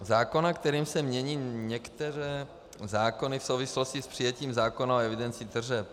Zákona, kterým se mění některé zákony v souvislosti s přijetím zákona o evidenci tržeb.